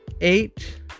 eight